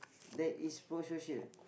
that is prosocial